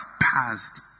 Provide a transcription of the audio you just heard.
passed